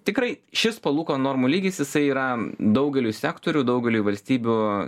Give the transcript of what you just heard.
tikrai šis palūkanų normų lygis jisai yra daugeliui sektorių daugeliui valstybių